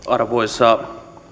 arvoisa